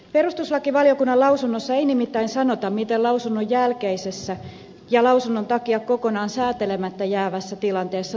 perustuslakivaliokunnan lausunnossa ei nimittäin sanota miten lausunnon jälkeisessä ja lausunnon takia kokonaan säätelemättä jäävässä tilanteessa tulisi menetellä